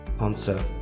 answer